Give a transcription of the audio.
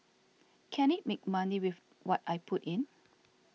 can it make money with what I put in